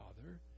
Father